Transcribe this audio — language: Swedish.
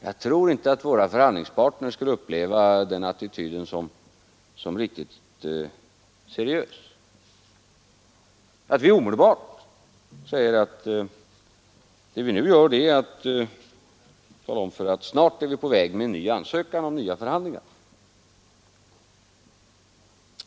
Jag tror inte att våra förhandlingspartners skulle uppleva vår attityd som riktigt seriös, om vi nu sade att vi snart är på väg med en ansökan om nya förhandlingar.